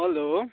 hello